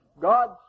God